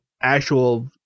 actual